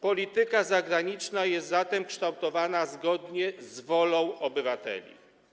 Polityka zagraniczna jest zatem kształtowana zgodnie z wolą obywateli.